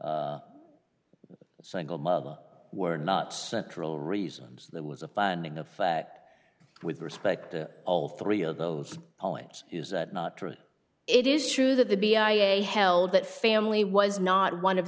single mother were not central reasons there was a funding effect with respect to all three of those points is that not true it is true that the b i a held that family was not one of